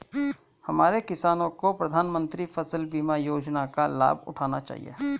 हमारे किसानों को प्रधानमंत्री फसल बीमा योजना का लाभ उठाना चाहिए